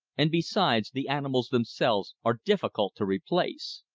and besides, the animals themselves are difficult to replace.